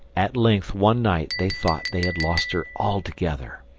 at length one night they thought they had lost her altogether.